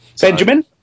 Benjamin